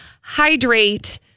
hydrate